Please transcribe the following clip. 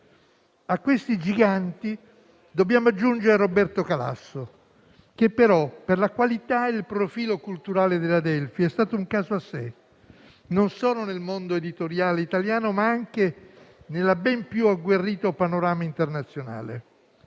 A questi giganti dobbiamo aggiungere Roberto Calasso, che però, per la qualità e il profilo culturale dell'Adelphi, è stato un caso a sé, e non solo nel mondo editoriale italiano, ma anche nel ben più agguerrito panorama internazionale.